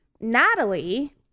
natalie